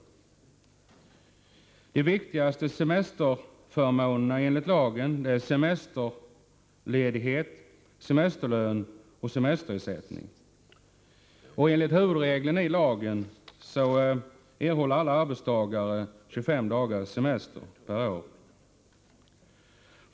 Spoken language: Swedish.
De viktigaste semesterförmånerna enligt lagen är semesterledighet, semesterlön och semesterersättning. Enligt huvudregeln i lagen har alla arbetstagare rätt till 25 dagars semester per år.